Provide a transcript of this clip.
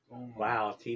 Wow